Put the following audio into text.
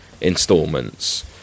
installments